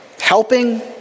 helping